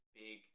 big